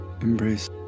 embrace